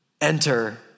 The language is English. Enter